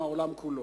עם העולם כולו.